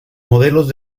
modelos